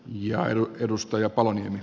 ja eu edustaja palonen